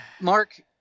Mark